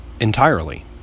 entirely